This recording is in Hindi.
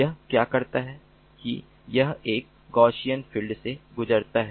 यह क्या करता है कि यह एक गाउसीयन फिल्टर से गुजरता है